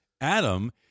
Adam